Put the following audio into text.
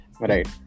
Right